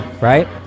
right